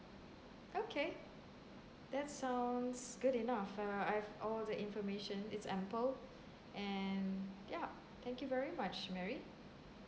okay that sounds good enough uh I have all the information example and yeah thank you very much mary